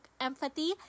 empathy